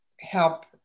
help